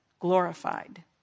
Glorified